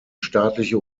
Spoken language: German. staatliche